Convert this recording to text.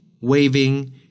waving